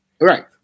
Right